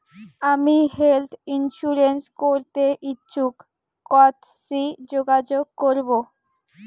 আমি health insurance করতে ইচ্ছুক কথসি যোগাযোগ করবো?